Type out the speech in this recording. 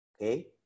okay